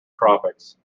tropics